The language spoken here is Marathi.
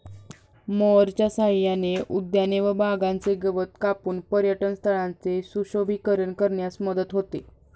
मोअरच्या सहाय्याने उद्याने व बागांचे गवत कापून पर्यटनस्थळांचे सुशोभीकरण करण्यास मदत होते